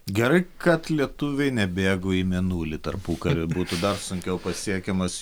gerai kad lietuviai nebėgo į mėnulį tarpukariu būtų dar sunkiau pasiekiamas